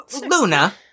Luna